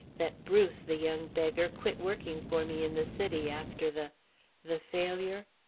that bruce, the young beggar, quit working for me in the city after the the failure?